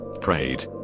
Prayed